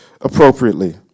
appropriately